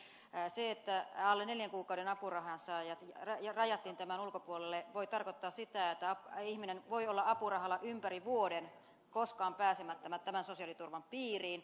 se että alle neljän kuukauden apurahansaajat rajattiin tämän ulkopuolelle voi tarkoittaa sitä että ihminen voi olla apurahalla ympäri vuoden koskaan pääsemättä tämän sosiaaliturvan piiriin